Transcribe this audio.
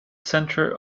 centre